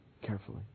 Carefully